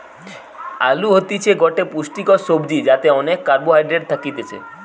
আলু হতিছে গটে পুষ্টিকর সবজি যাতে অনেক কার্বহাইড্রেট থাকতিছে